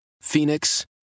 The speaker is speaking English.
Phoenix